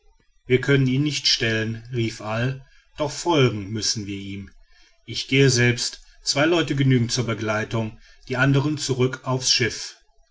wir können ihn nicht stellen rief all doch folgen müssen wir ihm ich gehe selbst zwei leute genügen zur begleitung die andern zurück aufs schiff